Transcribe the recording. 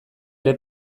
ere